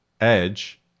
Edge